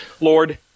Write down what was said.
Lord